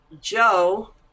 Joe